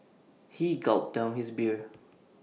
he gulped down his beer